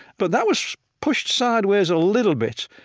but that was pushed sideways a little bit.